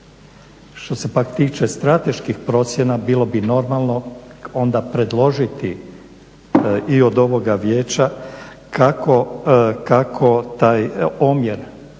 Što se pak tiče strateških procjena, bilo bi normalno onda predložiti i od ovoga vijeća kako taj omjer